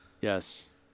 Yes